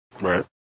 Right